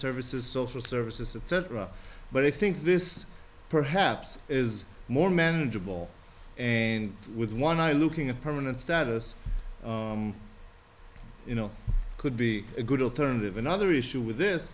services social services etc but i think this perhaps is more manageable and with one eye looking at permanent status you know could be a good alternative another issue with this